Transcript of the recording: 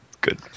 good